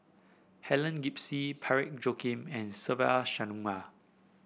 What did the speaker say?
Helen Gilbey Parsick Joaquim and Se Ve Shanmugam